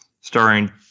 starring